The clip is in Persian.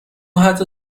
حتی